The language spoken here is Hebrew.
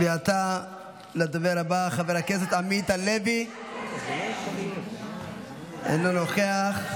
ועתה לדובר הבא, חבר הכנסת עמית הלוי, אינו נוכח.